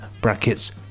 Brackets